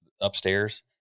upstairs